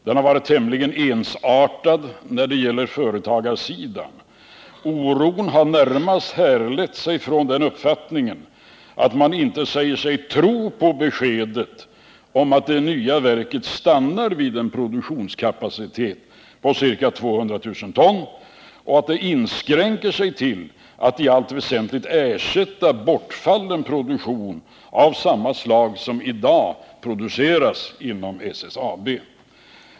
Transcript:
Den har varit tämligen ensartad när det gäller företagarsidan. Oron har närmast härlett sig från den uppfattningen att man inte tror på beskedet att verket stannar vid en produktionskapacitet på ca 200 000 ton och i allt väsentligt inskränker sig till att ersätta bortfallen produktion av samma slag som i dag framställs inom SSAB.